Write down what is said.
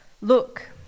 Look